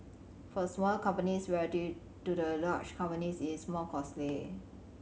for smaller companies relative to the large companies it's more costly